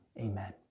Amen